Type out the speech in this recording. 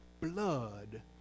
blood